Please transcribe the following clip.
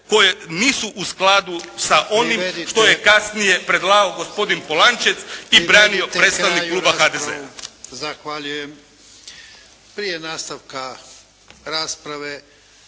koje nisu u skladu sa onim što je kasnije predlagao gospodin Polančec i branio predstavnik kluba HDZ-a.